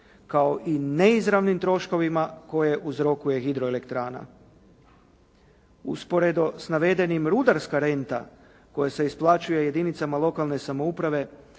kao i neizravnim troškovima koje uzrokuje hidroelektrana. Usporedo s navedenim rudarska renta koja se isplaćuje jedinicama lokalne samouprave